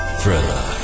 Thriller